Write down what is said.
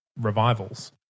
revivals